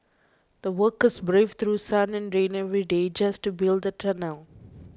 the workers braved through sun and rain every day just to build the tunnel